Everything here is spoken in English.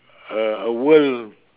a a world